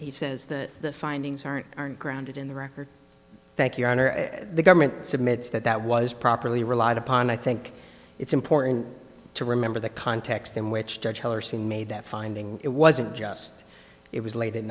he says that the findings aren't aren't grounded in the record thank you the government submit that that was properly relied upon i think it's important to remember the context in which judge hellerstein made that finding it wasn't just it was late at